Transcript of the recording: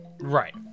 Right